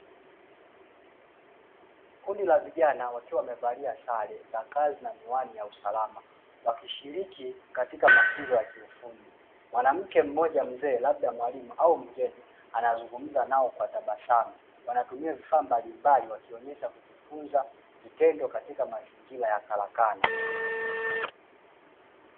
Kundi la vijana wakiwa wamevalia sare za kazi na miwani ya usalama, wakishiriki katika mafunzo ya kiufundi. Mwanamke mmoja mzee labda mwalimu au mgeni anazungumza nao kwa tabasamu, wanatumia vifaa mbalimbali wakionyesha kujifunza vitendo katika mazingira ya karakana.